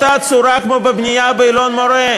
בדיוק באותה צורה כמו בבנייה באלון-מורה,